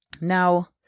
now